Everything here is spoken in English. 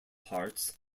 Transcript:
hearts